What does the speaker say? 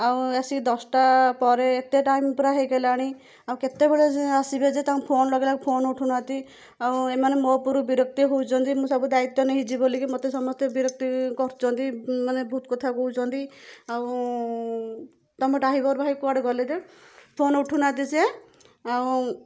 ଆଉ ଆସିକି ଦଶଟା ପରେ ଏତେ ଟାଇମ ପୁରା ହେଇ ଗଲାଣି ଆଉ କେତେବେଳେ ଯେ ଆସିବେ ଯେ ତାଙ୍କୁ ଫୋନ ଲଗେଇଲା ବେଳକୁ ଫୋନ ଉଠଉ ନାହାଁନ୍ତି ଆଉ ଏମାନେ ମୋ ଉପରକୁ ବିରକ୍ତି ହଉଛନ୍ତି ମୁଁ ସବୁ ଦାୟିତ୍ୱ ନେହିଛି ବୋଲିକି ମତେ ସମସ୍ତେ ବିରକ୍ତି କରୁଛନ୍ତି ମାନେ ବହୁତ କଥା କହୁଛନ୍ତି ଆଉ ତମ ଡ୍ରାଇଭର ଭାଇ କୁଆଡ଼େ ଗଲେଯେ ଫୋନ ଉଠୁ ନାହାଁନ୍ତି ସିଏ ଆଉ